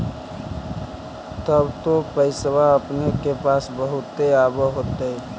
तब तो पैसबा अपने के पास बहुते आब होतय?